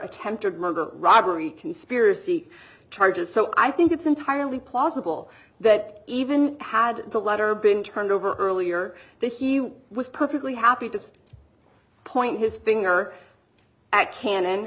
attempted murder robbery conspiracy charges so i think it's entirely possible that even had the letter been turned over earlier but he was perfectly happy to point his finger at can